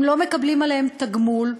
הם לא מקבלים עליהן תגמול,